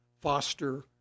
foster